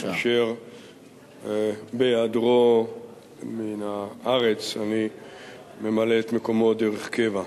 אשר בהיעדרו מן הארץ אני ממלא את מקומו דרך קבע.